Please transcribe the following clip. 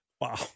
Wow